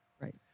Right